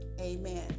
Amen